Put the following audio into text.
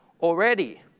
already